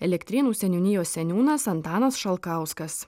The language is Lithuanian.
elektrėnų seniūnijos seniūnas antanas šalkauskas